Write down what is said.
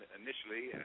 initially